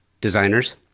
designers